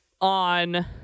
on